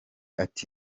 ati